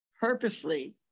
purposely